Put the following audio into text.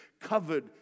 covered